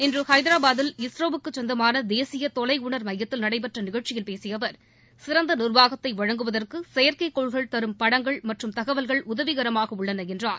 இன்று ஹைதராபத்தில் இஸ்ரோவுக்குச் சொந்தமான தேசிய தொலையுணர் மையத்தில் நடைபெற்ற நிகழ்ச்சியில் பேசிய அவர் சிறந்த நிர்வாகத்தை வழங்குவதற்கு செயற்கைக் கோள்கள் தரும் படங்கள் மற்றும் தகவல்கள் உதவிகரமாக உள்ளன என்றார்